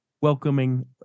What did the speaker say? welcoming